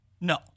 No